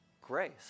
grace